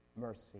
mercy